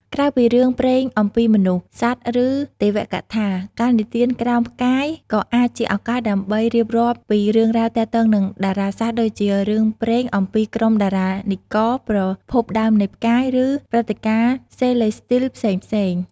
ក្រៅពីរឿងព្រេងអំពីមនុស្ស សត្វ ឬទេវកថា ការនិទានក្រោមផ្កាយក៏អាចជាឱកាសដើម្បីរៀបរាប់ពីរឿងរ៉ាវទាក់ទងនឹងតារាសាស្ត្រដូចជា រឿងព្រេងអំពីក្រុមតារានិករ ប្រភពដើមនៃផ្កាយ ឬព្រឹត្តិការណ៍សេឡេស្ទីលផ្សេងៗ ។